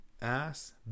ass